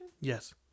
Yes